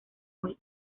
muy